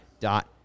dot